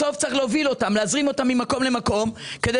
בסוף צריך להזרים אותם ממקום למקום כדי